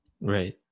Right